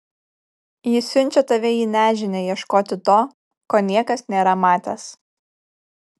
ji siunčia tave į nežinią ieškoti to ko niekas nėra matęs